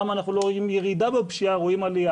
למה אנחנו לא רואים ירידה בפשיעה אלא עלייה?